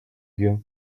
you